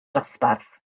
dosbarth